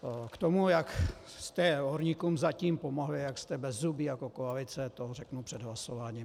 K tomu, jak jste horníkům zatím pomohli, jak jste bezzubí jako koalice, to řeknu před hlasováním.